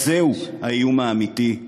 זהו האיום האמיתי.